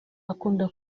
akunda